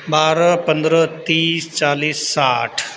बारह पन्द्रह तीस चालिस साठि